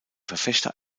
verfechter